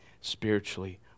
spiritually